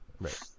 Right